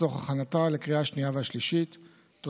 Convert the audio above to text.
חוק ומשפט לצורך הכנתה לקריאה השנייה והשלישית.